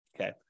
Okay